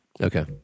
Okay